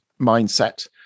mindset